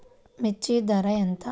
మిర్చి ధర ఎంత?